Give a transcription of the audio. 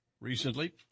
recently